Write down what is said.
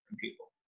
people